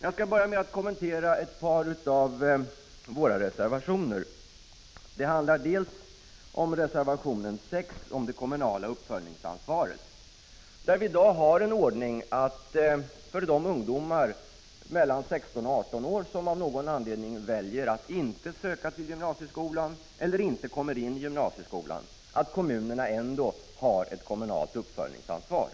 Jag skall börja med att kommentera ett par av våra reservationer och skall först ta upp reservation 6, som handlar om det kommunala uppföljningsansvaret. Vi har i dag en ordning som innebär att kommunerna, för de ungdomar mellan 16 och 18 år som av någon anledning väljer att inte söka till gymnasieskolan eller inte kommer in i gymnasieskolan, ändå har ett uppföljningsansvar.